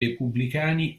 repubblicani